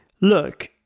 look